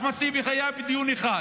אחמד טיבי היה בדיון אחד